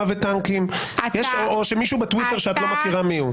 וטנקים או מישהו בטוויטר שאת לא מכירה מיהו?